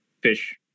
fish